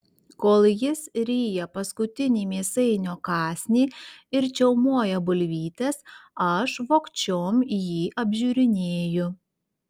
kol jis ryja paskutinį mėsainio kąsnį ir čiaumoja bulvytes aš vogčiom jį apžiūrinėju